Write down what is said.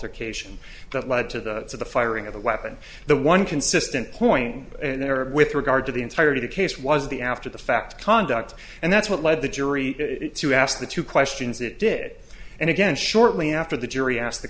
altercation that led to the firing of the weapon the one consistent point in there with regard to the entire case was the after the fact conduct and that's what led the jury to ask the two questions it did and again shortly after the jury asked the